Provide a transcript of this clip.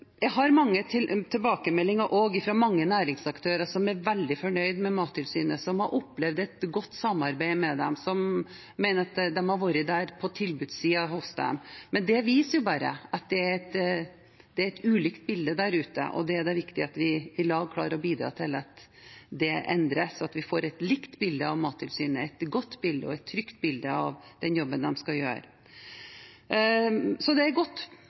Jeg får også mange tilbakemeldinger fra mange næringsaktører som er veldig fornøyd med Mattilsynet, som har opplevd et godt samarbeid med dem, som mener at de har vært på tilbudssiden for dem. Men det viser bare at det er et ulikt bilde der ute, og da er det viktig at vi sammen klarer å bidra til at det endres, og at vi får et likt bilde av Mattilsynet – et godt og trygt bilde av den jobben de skal gjøre. Det er godt